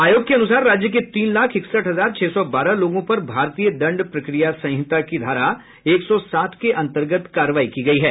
आयोग के अनुसार राज्य के तीन लाख इकसठ हजार छह सौ बारह लोगों पर भारतीय दंड प्रक्रिया संहिता की धारा एक सौ सात के अंतर्गत कार्रवाई की गयी है